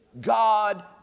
God